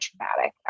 traumatic